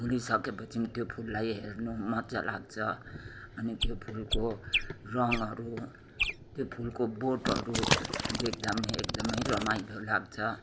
फुलिसकेपछि त्यो फुललाई हेर्नु मज्जा लाग्छ अनि त्यो फुलको रङहरू त्यो फुलको बोटहरू देख्दा पनि एकदमै रमाइलो लाग्छ